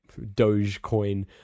Dogecoin